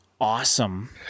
awesome